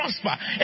prosper